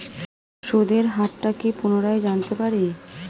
সুদের হার টা কি পুনরায় জানতে পারি?